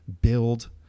build